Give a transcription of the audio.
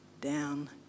down